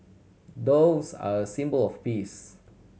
doves are a symbol of peace